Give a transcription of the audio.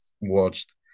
watched